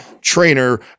trainer